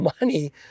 money